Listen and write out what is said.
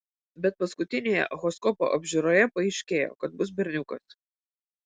bet paskutinėje echoskopo apžiūroje paaiškėjo kad bus berniukas